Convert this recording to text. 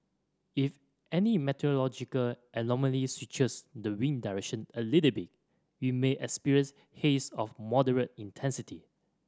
if any meteorological anomaly switches the wind direction a little bit we may experience haze of moderate intensity